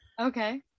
okay